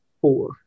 four